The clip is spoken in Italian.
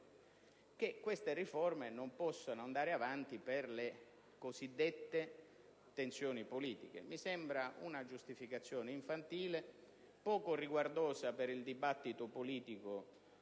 che si devono fare) non possono andare avanti per le cosiddette tensioni politiche. Mi sembra una giustificazione infantile e poco riguardosa per il dibattito politico